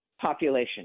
population